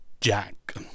Jack